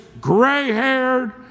gray-haired